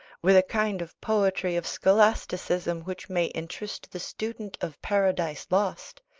with a kind of poetry of scholasticism which may interest the student of paradise lost,